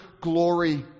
glory